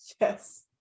Yes